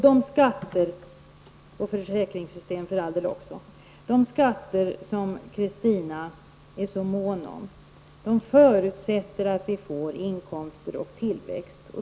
De skatter, och försäkringssystem också för all del, som Kristina Svensson är så mån om förutsätter att vi får inkomster och tillväxt.